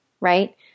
Right